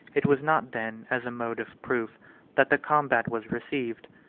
it was not then as a mode of proof that the combat was received,